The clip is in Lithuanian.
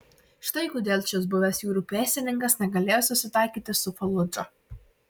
štai kodėl šis buvęs jūrų pėstininkas negalėjo susitaikyti su faludža